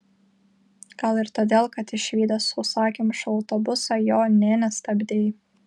gal ir todėl kad išvydęs sausakimšą autobusą jo nė nestabdei